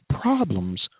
problems